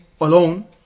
alone